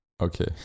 Okay